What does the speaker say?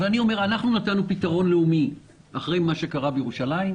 אנחנו נתנו פתרון לאומי אחרי מה שקרה בירושלים,